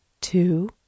two